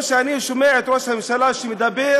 או כשאני שומע את ראש הממשלה שמדבר